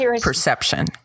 perception